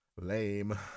lame